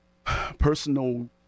personal